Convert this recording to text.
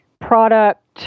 product